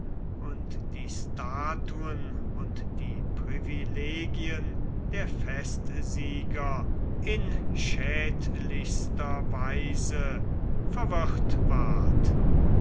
und die statuen und die privilegien der festsieger in schädlichster weise verwirrt ward